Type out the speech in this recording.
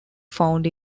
found